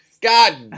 God